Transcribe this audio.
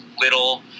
little